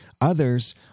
Others